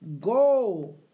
Go